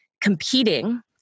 competing